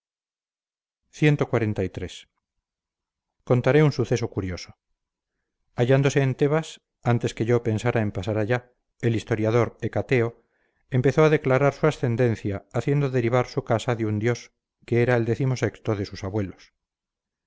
cxliii contaré un suceso curioso hallándose en tebas antes que yo pensara en pasar allá el historiador hecateo empezó a declarar su ascendencia haciendo derivar su casa de un dios que era el decimosexto de sus abuelos